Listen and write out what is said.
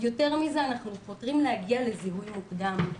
יותר מזה אנחנו חותרים להגיע לזיהוי מוקדם.